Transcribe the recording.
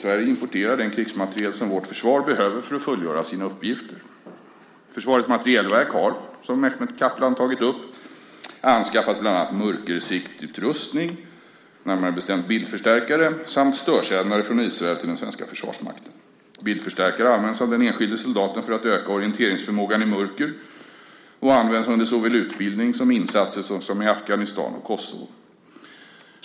Sverige importerar den krigsmateriel som vårt försvar behöver för att fullgöra sina uppgifter. Försvarets materielverk har, som Mehmet Kaplan tagit upp, anskaffat bland annat mörkersiktutrustning - närmare bestämt bildförstärkare - samt störsändare från Israel till den svenska försvarsmakten. Bildförstärkare används av den enskilde soldaten för att öka orienteringsförmågan i mörker och används under såväl utbildning som insatser såsom i Afghanistan och Kosovo.